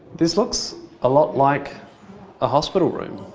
this looks a lot like a hospital room.